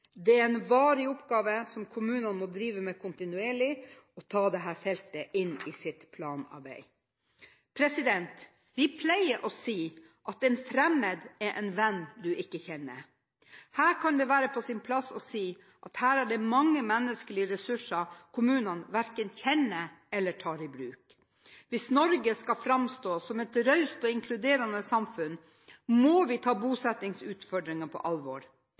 Det er en varig oppgave som kommunene må drive med kontinuerlig, og de må ta dette feltet inn i sitt planarbeid. Vi pleier å si at en fremmed er en venn du ikke kjenner. Her kan det være på sin plass å si at her er det mange menneskelige ressurser kommunene verken kjenner eller tar i bruk. Hvis Norge skal framstå som et raust og inkluderende samfunn, må vi ta bosettingsutfordringene på alvor.